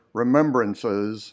remembrances